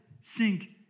sink